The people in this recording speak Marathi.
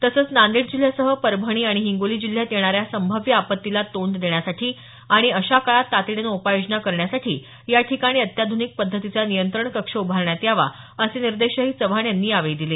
तसंच नांदेड जिल्ह्यासह परभणी आणि हिंगोली जिल्ह्यात येणाऱ्या संभाव्य आपत्तीला तोंड देण्यासाठी आणि अशा काळात तातडीनं उपाययोजना करण्यासाठी या ठिकाणी अत्याध्रनिक पद्धतीचा नियंत्रण कक्ष उभारण्यात यावा असे निर्देशही चव्हाण यांनी यावेळी संबंधितांना दिले